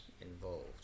involved